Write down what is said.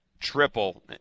triple